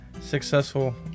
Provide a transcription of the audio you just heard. successful